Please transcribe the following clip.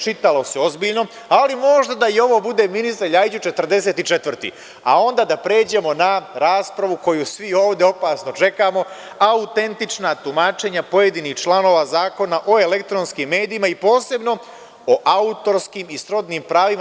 Čitalo se ozbiljno, ali možda da i ovo bude, ministre Ljajiću, 44 pa onda da pređemo na raspravu koju svi ovde opasno čekamo – autentična tumačenja pojedinih članova Zakona o elektronskim medijima i posebno po autorskim i srodnim pravima.